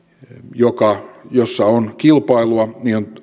jossa on kilpailua